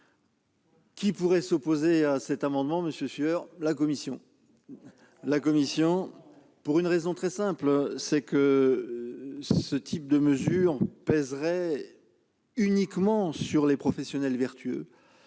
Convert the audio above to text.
Qui pourrait s'opposer à ces amendements, monsieur Sueur ? La commission, pour une raison très simple : une telle mesure pèserait uniquement sur les professionnels vertueux.